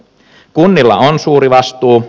kunnilla on suuri vastuu